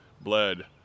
bled